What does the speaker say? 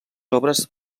obres